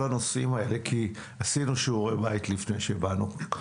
הנושאים האלה כי עשינו שיעורי בית לפני שבאנו.